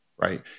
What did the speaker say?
right